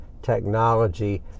technology